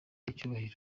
icyubahiro